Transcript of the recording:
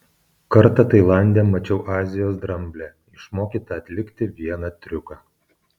kartą tailande mačiau azijos dramblę išmokytą atlikti vieną triuką